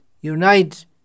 unite